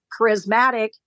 charismatic